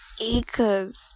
acres